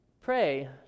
pray